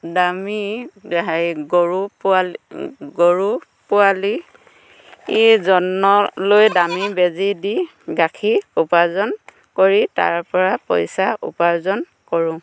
দামী হেৰি গৰু পোৱালি গৰু পোৱালি যত্ন লৈ দামী বেজি দি গাখীৰ উপাৰ্জন কৰি তাৰ পৰা পইচা উপাৰ্জন কৰোঁ